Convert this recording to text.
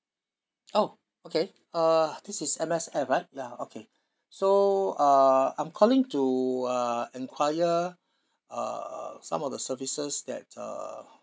oh okay uh this is M_S_F right ya okay so uh I'm calling to uh enquire uh uh some of the services that uh